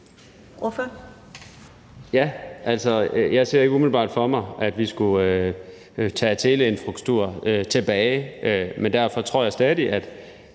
Jeg ser ikke umiddelbart for mig, at vi skulle tage området for teleinfrastruktur tilbage, men derfor tror jeg alligevel